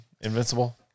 Invincible